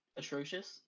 atrocious